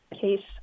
case